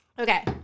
Okay